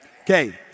Okay